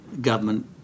government